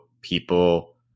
people